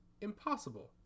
Impossible